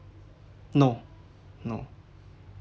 no no